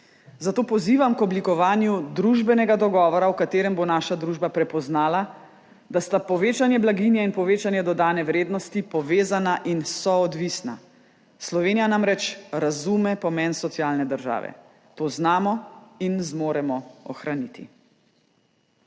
Zato pozivam k oblikovanju družbenega dogovora, v katerem bo naša družba prepoznala, da sta povečanje blaginje in povečanje dodane vrednosti povezana in soodvisna. Slovenija namreč razume pomen socialne države. To znamo in zmoremo ohraniti.